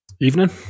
Evening